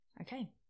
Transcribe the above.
okay